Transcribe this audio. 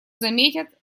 заметят